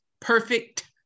perfect